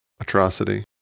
atrocity